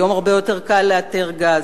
היום הרבה יותר קל לאתר גז,